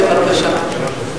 בבקשה.